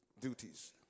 duties